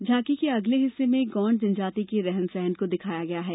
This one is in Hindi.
झांकी के अगले हिस्से में गौंड जनजाति के रहन सहन को दिखाया गया है